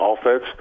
offense